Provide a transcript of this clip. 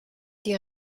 die